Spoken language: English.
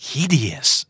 Hideous